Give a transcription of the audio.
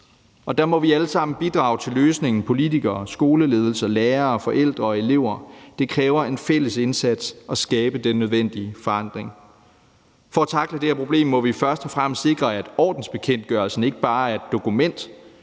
Der må vi alle sammen bidrage til løsningen, altså politikere, skoleledelser, lærere, forældre og elever, for det kræver en fælles indsats at skabe den nødvendige forandring. For at tackle det her problem må vi først og fremmest sikre, at ordensbekendtgørelsen ikke bare er et dokument,